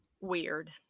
weird